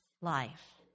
life